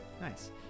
Nice